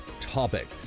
topic